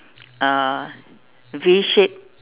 uh V shape